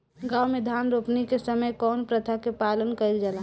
गाँव मे धान रोपनी के समय कउन प्रथा के पालन कइल जाला?